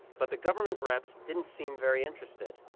but the government reps didn't seem very interested.